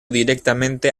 directamente